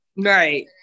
Right